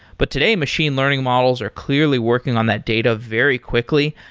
but today, machine learning models are clearly working on that data very quickly.